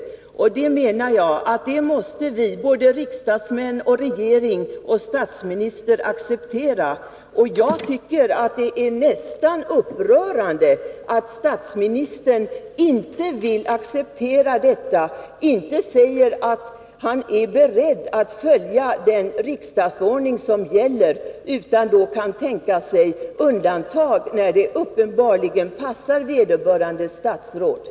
Den ordningen, menar jag, måste såväl riksdagsmännen som regeringen inkl. statsministern acceptera. Jag tycker att det är näst intill upprörande att statsministern inte vill acceptera och följa riksdagsordningen på denna punkt. Han anser uppenbarligen att statsråd skall få uppskov med att besvara frågor till en tidpunkt som passar dem.